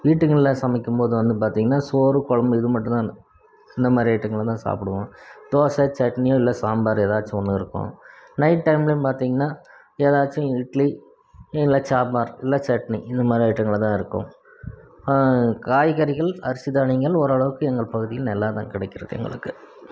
வீட்டுங்களில் சமைக்கும்போது வந்து பார்த்தீங்கன்னா சோறு குழம்பு இது மட்டும்தான் இந்தமாதிரி ஐட்டங்களை தான் சாப்பிடுவோம் தோசை சட்னியோ இல்லை சாம்பார் ஏதாச்சும் ஒன்று இருக்கும் நைட் டைம்லேன்னு பார்த்தீங்கன்னா ஏதாச்சும் இட்லி இல்லை சாம்பார் இல்லை சட்னி இதுமாதிரி ஐட்டங்களாகதான் இருக்கும் காய்கறிகள் அரிசி தானியங்கள் ஓரளவுக்கு எங்கள் பகுதியில் நல்லா தான் கிடைக்கிறது எங்களுக்கு